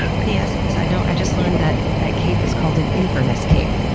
p s. so you know i just learned that that cape is called an inverness cape,